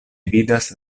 vidas